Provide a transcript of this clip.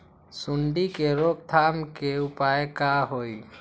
सूंडी के रोक थाम के उपाय का होई?